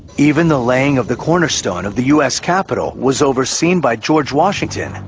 even the laying of the cornerstone of the us capitol was overseen by george washington,